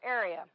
area